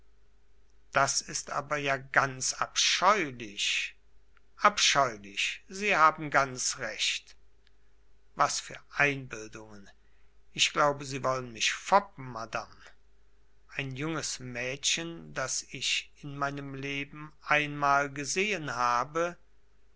das ist aber ja ganz abscheulich abscheulich sie haben ganz recht was für einbildungen ich glaube sie wollen mich foppen madame ein junges mädchen das ich in meinem leben einmal gesehen habe